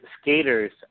skaters